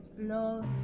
love